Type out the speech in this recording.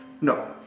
No